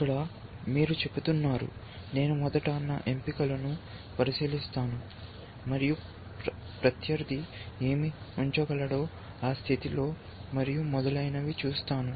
ఇక్కడ మీరు చెబుతున్నారు నేను మొదట నా ఎంపికలను పరిశీలిస్తాను మరియు ప్రత్యర్థి ఏమి ఉంచగలడో ఆ స్థితిలో మరియు మొదలైనవి చూస్తాను